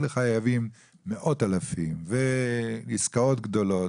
אלה חייבים מאות אלפים ועסקאות גדולות.